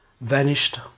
vanished